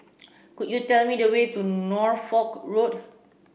could you tell me the way to Norfolk Road